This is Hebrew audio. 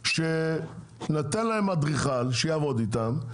ניתן להם אדריכל שיעבוד איתם,